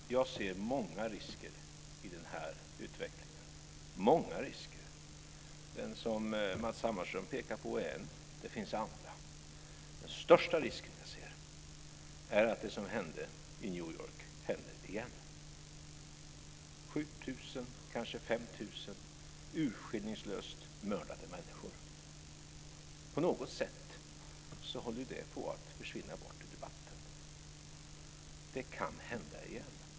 Herr talman! Jag ser många risker i den här utvecklingen. Den som Matz Hammarström pekar på är en; det finns andra. Den största risken som jag ser är att det som hände i New York händer igen. 7 000, kanske 5 000, urskillningslöst mördade människor - på något sätt håller det på att försvinna ur debatten men det kan hända igen.